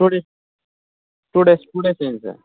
two days two days two days అయ్యింది sir